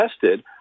tested